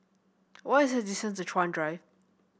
what is the distance Chuan Drive